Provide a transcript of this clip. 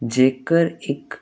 ਜੇਕਰ ਇੱਕ